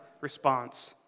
response